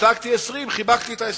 השגתי 20, חיבקתי את ה-20.